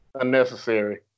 unnecessary